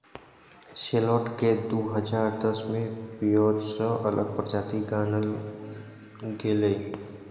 सैलोट केँ दु हजार दस मे पिओज सँ अलग प्रजाति गानल गेलै